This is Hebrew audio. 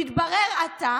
"מתברר עתה